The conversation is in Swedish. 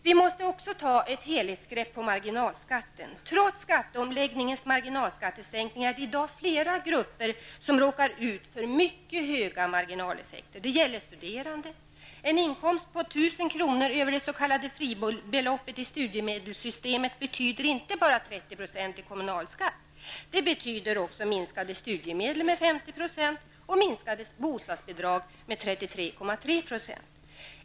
Vi måste ta ett helhetsgrepp på marginalskatten. Trots skatteomläggningens marginalskattesänkning är det i dag flera grupper som råkar ut för mycket höga marginaleffekter. Det gäller bl.a. studerande. En inkomst på 1 000 kr. utöver det sk. fribeloppet i studiemedelssystemet betyder inte bara 30 % i kommunalskatt. Det betyder också minskade studiemedel med 50 % och minskade bostadsbidrag med 33,3 %.